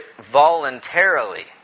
voluntarily